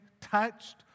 touched